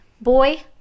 boy